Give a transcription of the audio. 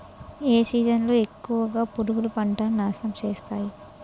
ఏ season లో ఎక్కువుగా పురుగులు పంటను నాశనం చేస్తాయి?